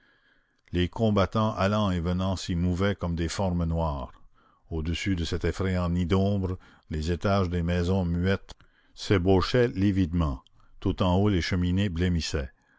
les combattants allant et venant s'y mouvaient comme des formes noires au-dessus de cet effrayant nid d'ombre les étages des maisons muettes s'ébauchaient lividement tout en haut les cheminées blêmissaient